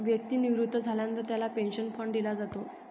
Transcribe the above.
व्यक्ती निवृत्त झाल्यानंतर त्याला पेन्शन फंड दिला जातो